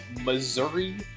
Missouri